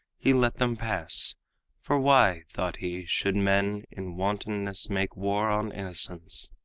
he let them pass for why, thought he, should men in wantonness make war on innocence?